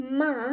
ma